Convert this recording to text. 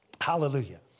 Hallelujah